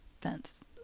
fence